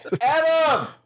adam